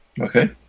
Okay